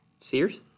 Sears